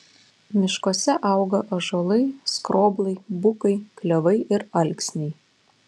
miškuose auga ąžuolai skroblai bukai klevai ir alksniai